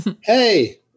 hey